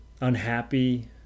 unhappy